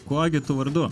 kuo gi tu vardu